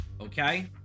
Okay